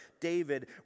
David